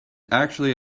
actually